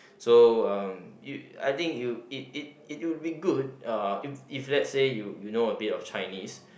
so uh you I think you it it it would be good uh if if let's say you you know a bit of Chinese